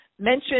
mentioned